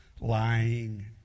lying